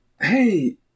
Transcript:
Hey